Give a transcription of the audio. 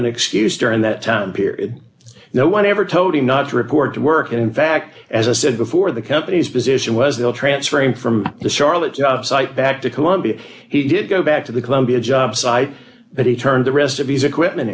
an excuse during that time period no one ever told him not to report to work and in fact as i said before the company's position was they'll transfer him from the charlotte job site back to columbia he did go back to the columbia job site but he turned the rest of his equipment